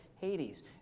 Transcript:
Hades